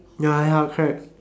ya ya correct